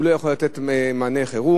הוא לא יכול לתת מענה חירום.